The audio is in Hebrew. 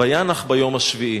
וינח ביום השביעי".